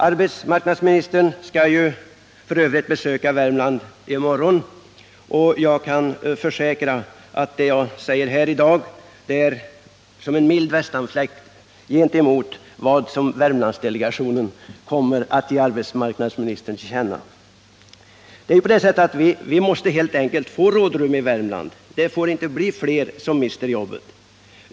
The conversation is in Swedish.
Arbetsmarknadsministern skall f. ö. besöka Värmland i morgon, och jag kan försäkra att det jag säger här i dag är som en mild västanfläkt jämfört med det som Värmlandsdelegationen kommer att ge arbetsmarknadsministern till känna. Vi måste helt enkelt få rådrum i Värmland. Det får inte bli fler som mister jobbet.